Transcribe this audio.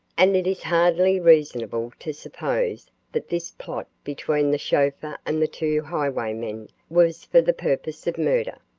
and it is hardly reasonable to suppose that this plot between the chauffeur and the two highwaymen was for the purpose of murder.